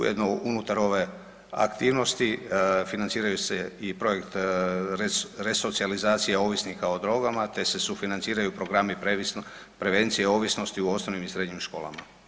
Ujedno unutar ove aktivnosti financiraju se i projekt resocijalizacije ovisnika o drogama te se sufinanciraju programi prevencije ovisnosti u osnovnim i srednjim školama.